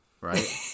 right